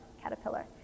caterpillar